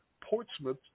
Portsmouth